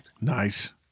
Nice